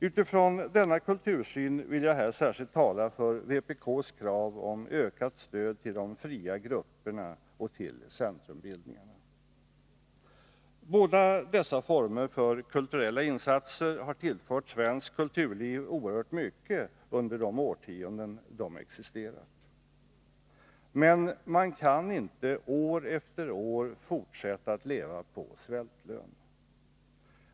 Utifrån denna kultursyn vill jag här särskilt tala för vpk:s krav om ökat stöd till de fria grupperna och till centrumbildningarna. Båda dessa former för kulturella insatser har tillfört svenskt kulturliv oerhört mycket under de årtionden de existerat. Men man kan inte år efter år fortsätta att leva på svältlön.